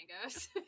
mangoes